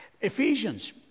Ephesians